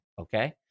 Okay